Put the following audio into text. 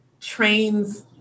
trains